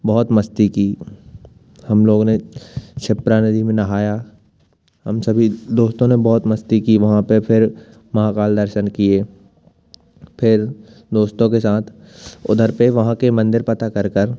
बहुत मस्ती की हम लोगों ने शिप्रा नदी में नहाया हम सभी दोस्तों ने बहुत मस्ती की वहाँ पर फिर महाकाल दर्शन किए फिर दोस्तों के साथ उधर पर वहाँ के मंदिर पता कर कर